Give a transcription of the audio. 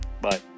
Bye